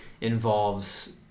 involves